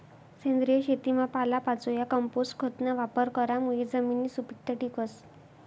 सेंद्रिय शेतीमा पालापाचोया, कंपोस्ट खतना वापर करामुये जमिननी सुपीकता टिकस